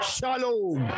Shalom